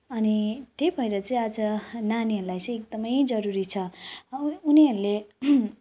अनि त्यही भएर चाहिँ आज नानीहरूलाई चाहिँ एकदमै जरुरी छ उनीहरूले